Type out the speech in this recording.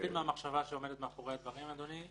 מבין מה המחשבה שעומדת מאחורי הדברים, אדוני.